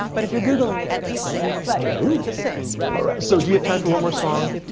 but if you're googling it, you're going to find out. but yeah just saying. all right. so do you have time for one more song?